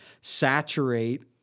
saturate